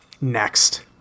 Next